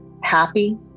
happy